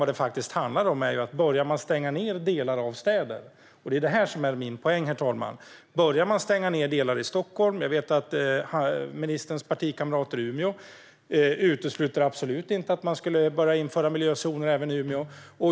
Vad det faktiskt handlar om är att man börjar stänga delar av städerna - detta är min poäng, herr talman - till exempel i Stockholm. Jag vet att ministerns partikamrater i Umeå absolut inte utesluter att man skulle börja införa miljözoner även i Umeå.